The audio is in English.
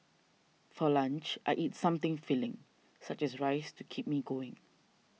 for lunch I eat something filling such as rice to keep me going